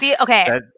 Okay